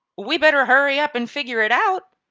we better hurry up and figure it out.